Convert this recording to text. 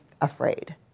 afraid